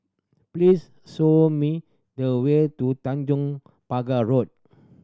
please show me the way to Tanjong Pagar Road